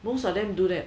most of them do that